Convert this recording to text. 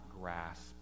grasp